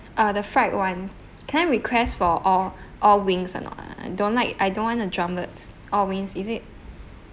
uh the fried one can I request for all all wings or not I don't like I don't want the drumettes all wings is it